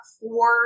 four